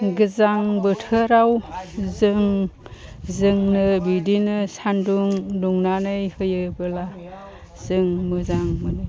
गोजां बोथोराव जोंनो बिदिनो सानदुं दुंनानै होयोब्ला जों मोजां मोनो